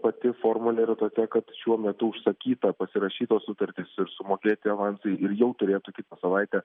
pati formulė yra tokia kad šiuo metu užsakyta pasirašytos sutartys ir sumokėti avansai ir jau turėtų kitą savaitę